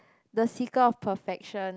the seeker of perfection